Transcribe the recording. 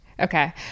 Okay